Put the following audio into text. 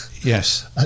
Yes